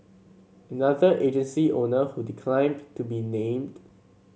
another agency owner who declined to be named